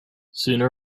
sooner